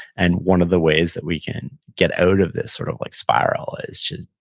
and one of the ways that we can get out of this sort of like spiral is just,